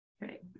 right